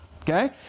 okay